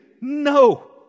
No